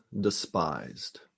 despised